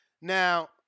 Now